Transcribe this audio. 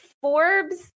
Forbes